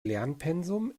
lernpensum